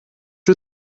you